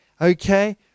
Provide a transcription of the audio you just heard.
okay